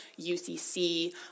UCC